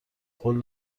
قول